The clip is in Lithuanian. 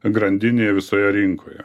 grandinė visoje rinkoje